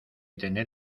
tener